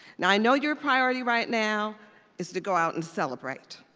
now i know your priority right now is to go out and celebrate,